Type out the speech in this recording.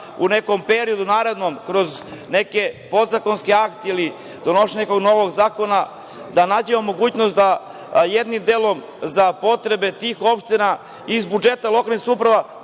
u nekom narednom periodu kroz neki podzakonski akt ili donošenjem nekog novog zakona da nađemo mogućnost da jednim delom za potrebe tih opština iz budžeta lokalnih samouprava